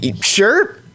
Sure